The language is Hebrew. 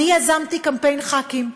יזמתי קמפיין ח"כים,